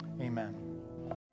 Amen